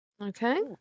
Okay